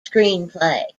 screenplay